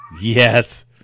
Yes